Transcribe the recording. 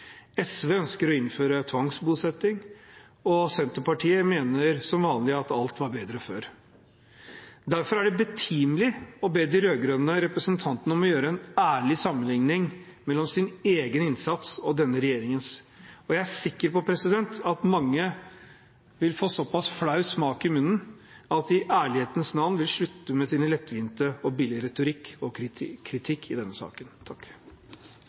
SV ønsker å innføre tvangsbosetting, og Senterpartiet mener som vanlig at alt var bedre før. Derfor er det betimelig å be de rød-grønne representantene om å gjøre en ærlig sammenlikning mellom sin egen innsats og denne regjeringens. Jeg er sikker på at mange vil få en så pass flau smak i munnen at de i ærlighetens navn vil slutte med sin lettvinte og billige retorikk og kritikk i denne saken.